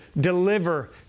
deliver